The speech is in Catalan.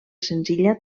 senzilla